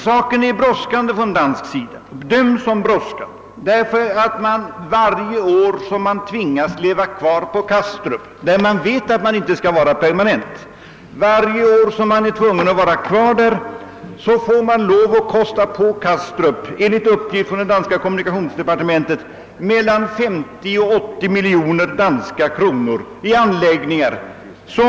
Saken bedöms på danskt håll som brådskande, eftersom man varje år som man tvingas vara kvar på Kastrup, trots att man vet att man inte skall vara där permanent, enligt uppgift från det danska kommunikationsdepartementet måste kosta på mellan 50 och 80 miljoner danska kronor i anläggningar på Kastrup.